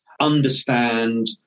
understand